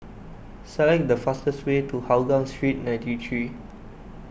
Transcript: select the fastest way to Hougang Street ninety three